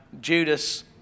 Judas